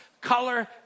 color